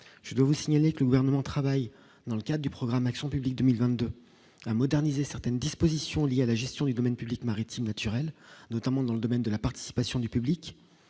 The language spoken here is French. je vous signale que le gouvernement travaille, dans le cas du programme Action publique 2022 la moderniser certaines dispositions liées à la gestion du domaine public maritime naturel notamment dans le domaine de la participation du public